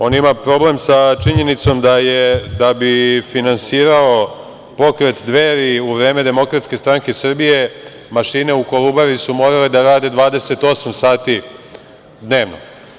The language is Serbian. On ima problem sa činjenicom da bi finansirao pokret Dveri u vreme DSS, mašine u Kolubari su morale da rade 28 sati, dnevno.